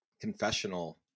confessional